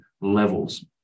levels